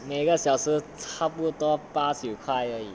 每一个小时差不多八九块而已